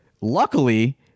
Luckily